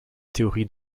théorie